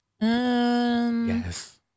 Yes